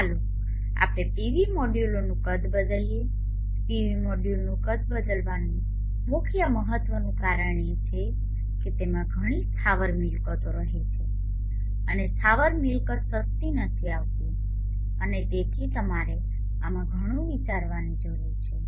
ચાલો આપણે પીવી મોડ્યુલોનું કદ બદલીએ પીવી મોડ્યુલનું કદ બદલવાનું ખૂબ મહત્વનું કારણ એ છે કે તેમાં ઘણી સ્થાવર મિલકતો રહે છે અને સ્થાવર મિલકત સસ્તી નથી આવતી અને તેથી તમારે આમાં ઘણું વિચારવાની જરૂર છે